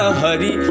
hari